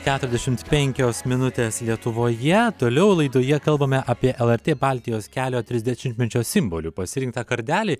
keturiasdešimt penkios minutės lietuvoje toliau laidoje kalbame apie lrt baltijos kelio trisdešimtmečio simboliu pasirinktą kardelį